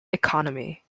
economy